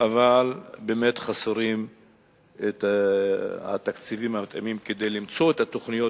אבל באמת חסרים התקציבים המתאימים כדי למצוא את התוכניות